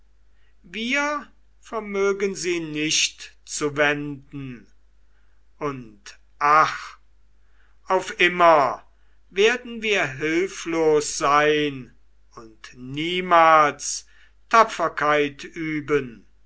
wir vermögen sie nicht zu wenden und ach auf immer werden wir hilflos sein und niemals tapferkeit üben